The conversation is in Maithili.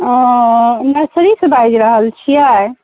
ओ नर्सरीसँ बाजि रहल छियै